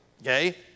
okay